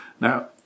Now